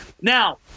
Now